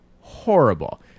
Horrible